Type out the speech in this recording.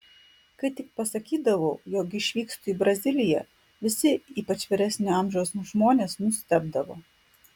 kai tik pasakydavau jog išvykstu į braziliją visi ypač vyresnio amžiaus žmonės nustebdavo